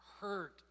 hurt